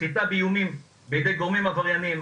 סחיטה באיומים בידי גורמים עברייניים,